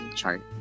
Chart